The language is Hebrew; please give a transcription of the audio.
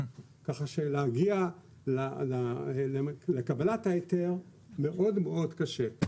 כך שלהגיע לקבלת ההיתר מאוד מאוד קשה.